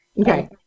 Okay